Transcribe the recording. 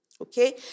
Okay